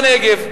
בנגב.